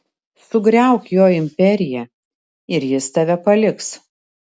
sugriauk jo imperiją ir jis tave paliks